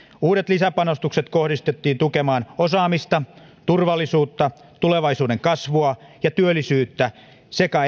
uudet lisäpanostukset kohdistettiin tukemaan osaamista turvallisuutta ja tulevaisuuden kasvua ja työllisyyttä sekä